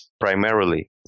primarily